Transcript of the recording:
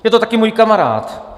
Je to také můj kamarád.